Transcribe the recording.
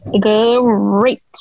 Great